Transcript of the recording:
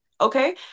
Okay